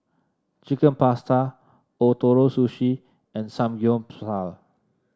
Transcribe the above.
Chicken Pasta Ootoro Sushi and Samgyeopsal